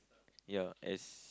ya as